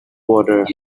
water